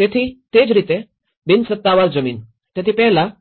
તેથી તે જ રીતે બિનસત્તાવાર જમીન તેથી પહેલાં